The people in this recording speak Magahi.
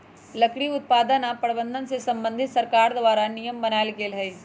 लकड़ी उत्पादन आऽ प्रबंधन से संबंधित सरकार द्वारा नियम बनाएल गेल हइ